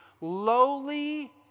Lowly